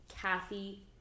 Kathy